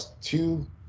two